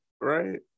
Right